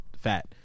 fat